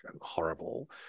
horrible